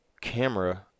camera